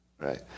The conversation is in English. Right